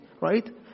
right